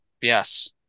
Yes